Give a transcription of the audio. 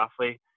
roughly